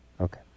Okay